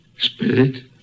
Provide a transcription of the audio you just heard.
Spirit